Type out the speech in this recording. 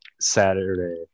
Saturday